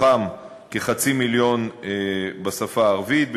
מתוכם כחצי מיליון בשפה הערבית,